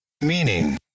Meaning